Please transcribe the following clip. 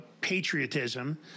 patriotism